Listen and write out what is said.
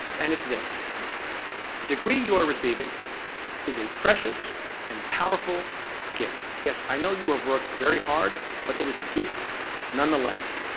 and it's this. the degree you're receiving is a precious and powerful gift. yes i know you've worked very hard, but it is a gift nonetheless.